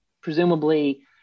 presumably